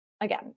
Again